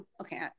okay